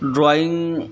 drawing